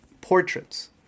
portraits